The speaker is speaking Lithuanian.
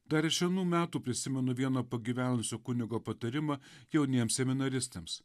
dar iš jaunų metų prisimenu vieno pagyvenusio kunigo patarimą jauniems seminaristams